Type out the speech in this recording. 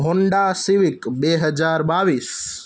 Honda Civic બે હજાર બાવીસ